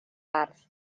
ardd